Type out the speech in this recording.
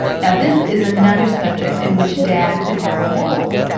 now, this is another subject in which dad could have a role.